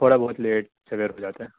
تھوڑا بہت لیٹ سویرے ہو جاتا ہے